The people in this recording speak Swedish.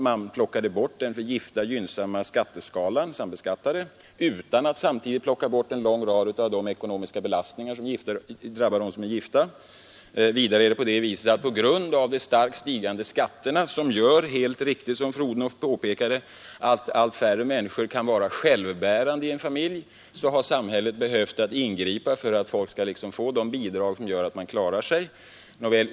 Man plockade bort den för de gifta gynnsamma skatteskalan utan att samtidigt plocka bort en lång rad av de ekonomiska belastningar som drabbar de gifta. På grund av de starkt stigande skatterna — som medför, vilket fru Odhnoff helt riktigt påpekade, att allt färre människor kan vara självbärande i en familj — har samhället behövt ingripa för att folk skall få sådana bidrag att de klarar sig.